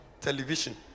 Television